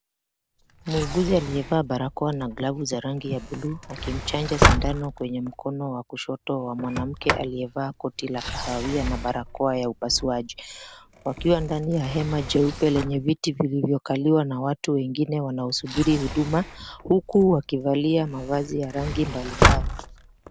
Muuguzi aliyevaa barakoa na glavu za bluu. Akimchanja sindano kwenye mkono wa kushoto wa mwanamke aliyevaa koti la kahawia, na barakoa ya upasuaji. Wakiwa ndani ya hema jeupe lenye viti vilivyokaliwa na watu wengine wanaosubiri huduma, huku wakivalia mavazi ya rangi mbalimbali.